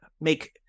make